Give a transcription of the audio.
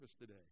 today